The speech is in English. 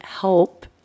help